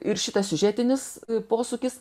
ir šitas siužetinis posūkis